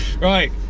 Right